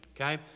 okay